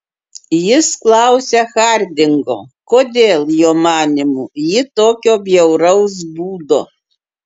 jis klausia hardingo kodėl jo manymu ji tokio bjauraus būdo